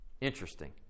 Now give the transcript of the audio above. Interesting